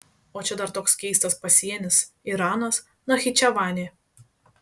o čia dar toks keistas pasienis iranas nachičevanė